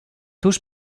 tuż